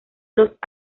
los